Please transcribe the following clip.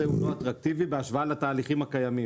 הוא לא אטרקטיבי בהשוואה לתהליכים הקיימים,